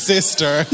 Sister